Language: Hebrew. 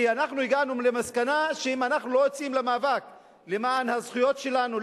כי אנחנו הגענו למסקנה שאם אנחנו לא יוצאים למאבק למען הזכויות שלנו,